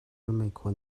meikhu